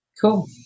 cool